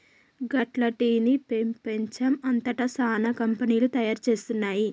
గట్ల టీ ని పెపంచం అంతట సానా కంపెనీలు తయారు చేస్తున్నాయి